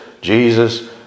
Jesus